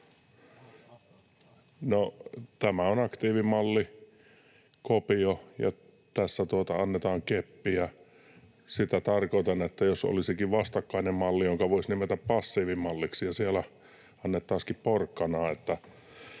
tämä on aktiivimallikopio, ja tässä annetaan keppiä. Sitä tarkoitan, että jos olisikin vastakkainen malli, jonka voisi nimetä passiivimalliksi, ja siellä annettaisiinkin porkkanaa